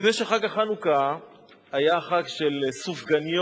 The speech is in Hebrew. לפני שחג החנוכה היה חג של סופגניות,